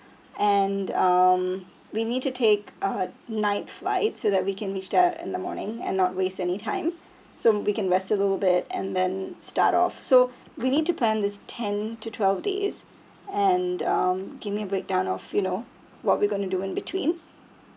and um we need to take a night flight so that we can reach there in the morning and not waste any time so we can rest a little bit and then start off so we need to plan this ten to twelve days and um give me a breakdown of you know what we're going to do in between